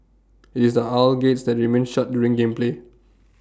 IT is the aisle gates that remain shut during game play